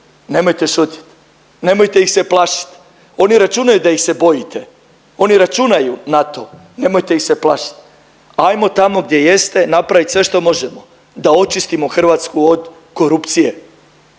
nemojte šutit, nemojte ih se plašiti. Oni računaju da ih se bojite, oni računaju na to. Nemojte ih se plašiti. Ajmo tamo gdje jeste napravit sve što možemo da očistimo Hrvatsku od korupcije.